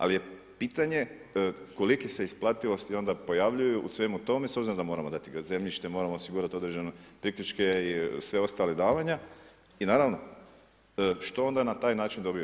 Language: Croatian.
Ali je pitanje, kolike se isplativosti onda pojavljuju u svemu tome, s obzirom da moramo dati … zemljište, moramo osigurati određene priključke i sva ostala davanja i naravno, što onda na taj način dobiva?